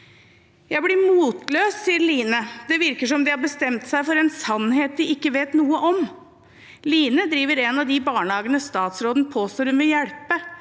Jeg blir motløs, sier Line, det virker som om de har bestemt seg for en sannhet de ikke vet noe om. Line driver en av de barnehagene statsråden påstår hun vil hjelpe,